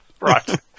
Right